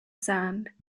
sand